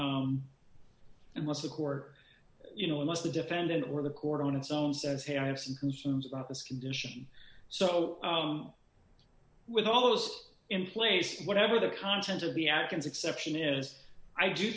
what the court you know unless the defendant or the court on its own says hey i have some concerns about this condition so with almost inflate whatever the content of the atkins exception is i do